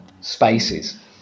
spaces